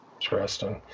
Interesting